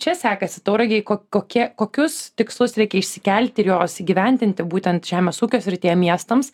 čia sekasi tauragei ko kokie kokius tikslus reikia išsikelti ir jos įgyvendinti būtent žemės ūkio srityje miestams